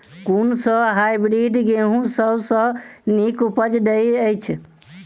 कुन सँ हायब्रिडस गेंहूँ सब सँ नीक उपज देय अछि?